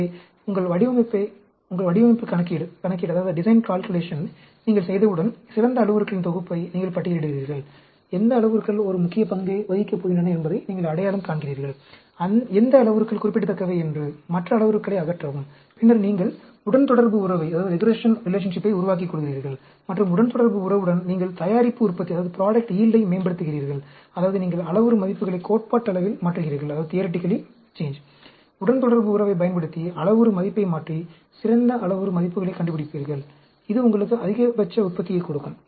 எனவே உங்கள் வடிவமைப்பு கணக்கீட்டை நீங்கள் செய்தவுடன் சிறந்த அளவுருக்களின் தொகுப்பை நீங்கள் பட்டியலிடுகிறீர்கள் எந்த அளவுருக்கள் ஒரு முக்கிய பங்கை வகிக்கப் போகின்றன என்பதை நீங்கள் அடையாளம் காண்கிறீர்கள் எந்த அளவுருக்கள் குறிப்பிடத்தக்கவை என்று மற்ற அளவுருக்களை அகற்றவும் பின்னர் நீங்கள் உடன்தொடர்பு உறவை உருவாக்கிக் கொள்கிறீர்கள் மற்றும் உடன்தொடர்பு உறவுடன் உங்கள் தயாரிப்பு உற்பத்தியை மேம்படுத்துகிறீர்கள் அதாவது நீங்கள் அளவுரு மதிப்புகளை கோட்பாட்டளவில் மாற்றுகிறீர்கள் உடன்தொடர்பு உறவைப் பயன்படுத்தி அளவுரு மதிப்பை மாற்றி சிறந்த அளவுரு மதிப்புகளைக் கண்டுபிடிப்பீர்கள் இது உங்களுக்கு அதிகபட்ச உற்பத்தியைக் கொடுக்கும்